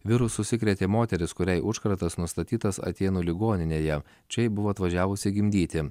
virusu užsikrėtė moteris kuriai užkratas nustatytas atėnų ligoninėje čia ji buvo atvažiavusi gimdyti